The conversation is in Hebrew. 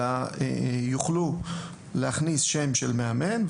אלא יוכלו להכניס שם של מאמן,